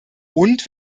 und